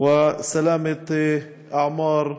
וישמור על עמאר,